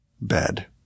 bed